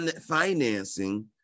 financing